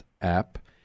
app